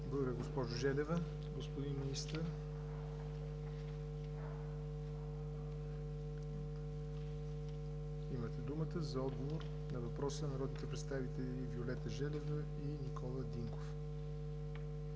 Благодаря, госпожо Желева. Господин Министър, имате думата за отговор на въпроса от народните представители Виолета Желева и Никола Динков.